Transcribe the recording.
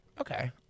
Okay